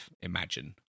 imagine